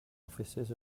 officers